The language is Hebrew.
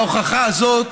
וההוכחה הזאת